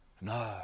No